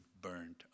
burned